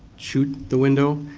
shoot the window,